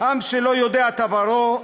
עם שלא יודע את עברו,